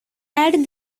add